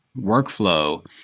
workflow